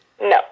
No